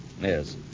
Yes